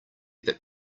that